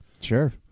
Sure